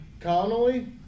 Connolly